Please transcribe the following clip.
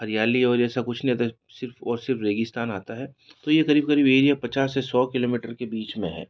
हरियाली और जैसा कुछ नहीं आता सिर्फ और सिर्फ रेगिस्तान आता है तो यह करीब करीब एरिया पचास से सौ किलोमीटर के बीच में है